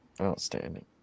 Outstanding